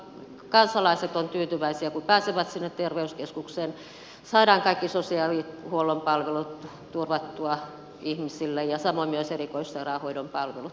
kansalaiset ovat tyytyväisiä kun pääsevät sinne terveyskeskukseen saadaan kaikki sosiaalihuollon palvelut turvattua ihmisille ja samoin myös erikoissairaanhoidon palvelut